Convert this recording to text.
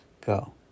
Go